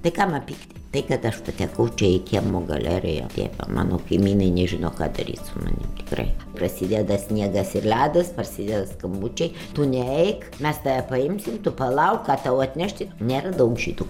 tai kam man pykti tai kad aš patekau čia į kiemo galeriją apie mano kaimynai nežino ką daryt su manim tikrai prasideda sniegas ir ledas prasideda skambučiai tu neik mes tave paimsime tu palauk ką tau atnešti nėra daug žydų